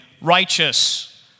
righteous